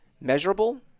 measurable